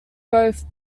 growth